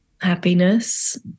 happiness